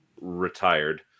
retired